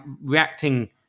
reacting